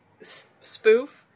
spoof